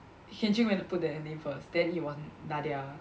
Hian Ching went to put their name first then it was Nadia